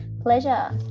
Pleasure